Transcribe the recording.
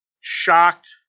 shocked